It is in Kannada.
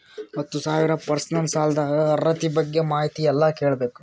ಹತ್ತು ಸಾವಿರ ಪರ್ಸನಲ್ ಸಾಲದ ಅರ್ಹತಿ ಬಗ್ಗೆ ಮಾಹಿತಿ ಎಲ್ಲ ಕೇಳಬೇಕು?